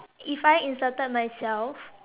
if I inserted myself